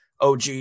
OG